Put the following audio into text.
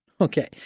Okay